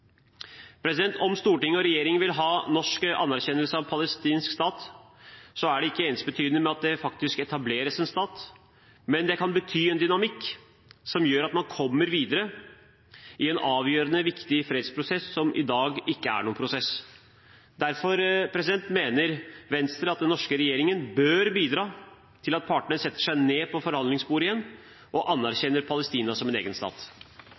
Om storting og regjering vil ha norsk anerkjennelse av en palestinsk stat, er det ikke ensbetydende med at det faktisk etableres en stat. Men det kan bety en dynamikk som gjør at man kommer videre i en avgjørende viktig fredsprosess, som i dag ikke er noen prosess. Derfor mener Venstre at den norske regjeringen bør bidra til at partene setter seg ned ved forhandlingsbordet igjen, og anerkjenner Palestina som en egen stat.